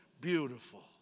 Beautiful